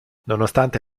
nonostante